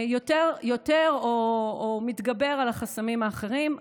יותר, גובר על חסמים אחרים.